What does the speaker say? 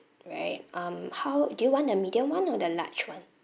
right um how do you want a medium [one] or the large [one]